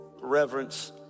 reverence